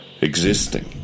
Existing